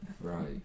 right